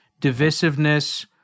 divisiveness